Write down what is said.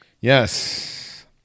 Yes